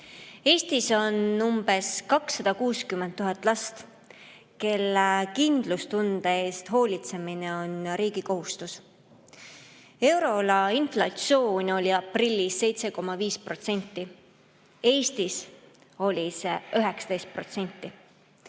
Eestis on umbes 260 000 last, kelle kindlustunde eest hoolitsemine on riigi kohustus. Euroala inflatsioon oli aprillis 7,5%. Eestis oli see 19%.